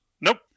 Nope